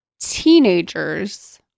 teenagers